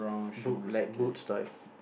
boot like boots types